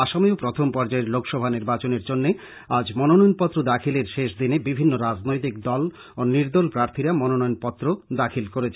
আসামেও প্রথম পর্যায়ের লোকসভা নির্বাচনের জন্য আজ মনোনয়ন পত্র দাখিলের শেষ দিনে বিভিন্ন রাজনৈতিক দল ও নির্দল প্রার্থীরা মনোনয়ন পতর দাখিল করেছেন